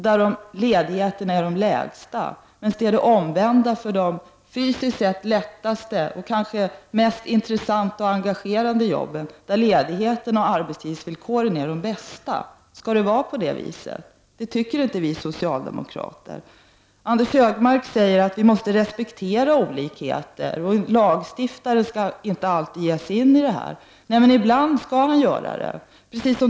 Dessa människor har de kortaste ledigheterna, medan de som har de fysiskt sett lättaste och kanske mest intressanta och engagerande arbetsuppgifterna har de bästa arbetsvillkoren och de längsta ledigheterna. Skall det vara på det viset? Det tycker inte vi socialdemokrater. Anders G Högmark säger att vi måste respektera olikheter och att lagstif tare inte skall lägga sig i dessa frågor. Jo, ibland måste de göra det.